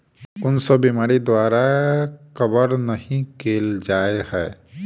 कुन सब बीमारि द्वारा कवर नहि केल जाय है?